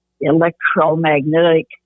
electromagnetic